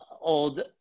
old